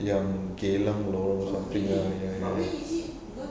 yang geylang lorong something ya ya ya ya